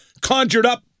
conjured-up